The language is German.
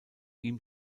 ihm